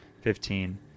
Fifteen